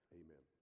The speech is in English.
amen